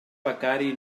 becari